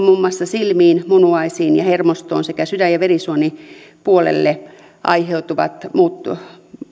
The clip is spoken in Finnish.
muun muassa silmiin munuaisiin ja hermostoon sekä sydän ja verisuonipuolelle aiheutuvat muut